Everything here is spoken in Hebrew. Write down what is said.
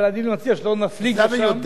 אבל אני מציע שלא נפליג לשם את זה אני